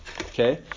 Okay